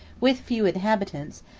with few inhabitants,